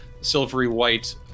silvery-white